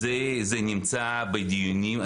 זה נמצא בדיונים.